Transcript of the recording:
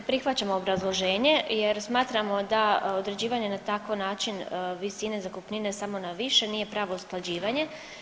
Ne prihvaćamo obrazloženje, jer smatramo da određivanje na takav način visine zakupnine samo na više nije pravo usklađivanje.